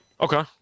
Okay